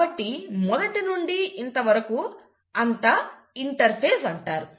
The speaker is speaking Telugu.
కాబట్టి మొదటి నుండి ఇంతవరకూ అంతా ఇంటర్ఫేజ్ అంటారు